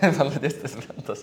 mano dėstytojas mentas